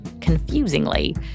confusingly